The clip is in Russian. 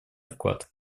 вклад